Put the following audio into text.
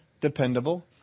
dependable